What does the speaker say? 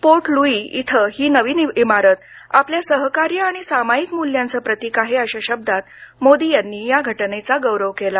port Louis इथली ही नवी इमारत आपल्या सहकार्य आणि सामायिक मूल्यांच प्रतीक आहे अशा शब्दांत मोदी यांनी या घटनेचा गौरव केला